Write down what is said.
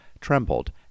trembled